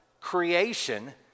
creation